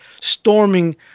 storming